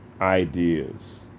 ideas